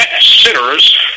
sinners